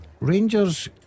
Rangers